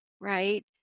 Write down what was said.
right